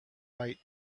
right